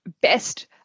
best